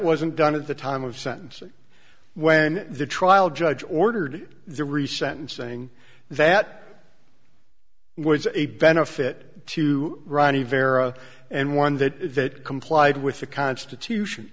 wasn't done at the time of sentencing when the trial judge ordered the reset and saying that it was a benefit to ronnie vera and one that complied with the constitution